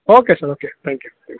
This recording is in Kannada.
okay sir okay thank you ಹ್ಞೂ